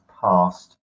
past